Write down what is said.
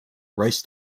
rice